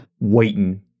waiting